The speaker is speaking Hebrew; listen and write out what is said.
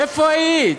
איפה היית?